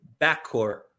backcourt